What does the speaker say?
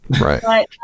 Right